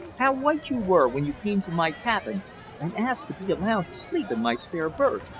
how white you were when you came to my cabin and asked to be allowed to sleep in my spare berth.